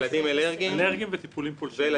אלרגיים וטיפולים פולשניים.